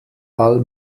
ball